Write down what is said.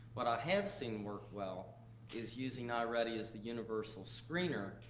what i have seen work well is using ah i-ready as the universal screener,